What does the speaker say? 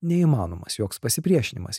neįmanomas joks pasipriešinimas